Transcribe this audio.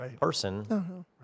person